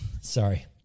sorry